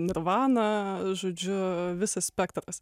nirvana žodžiu visas spektras